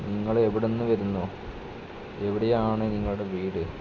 നിങ്ങളെവിടുന്നു വരുന്നു എവിടെയാണ് നിങ്ങളുടെ വീട്